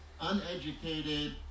uneducated